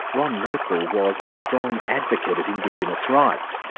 ron merkel was a strong advocate of indigenous rights.